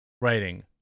writing